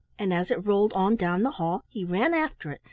and as it rolled on down the hall he ran after it,